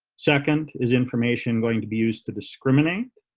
second is information going to be used to discriminate?